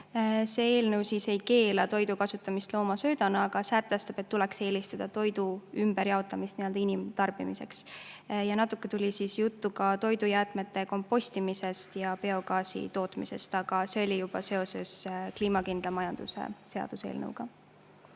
See eelnõu ei keela toidu kasutamist loomasöödana, aga sätestab, et tuleks eelistada toidu ümberjaotamist inimtarbimiseks. Natuke tuli juttu ka toidujäätmete kompostimisest ja biogaasi tootmisest, aga see oli juba seoses kliimakindla majanduse seaduse eelnõuga.